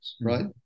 Right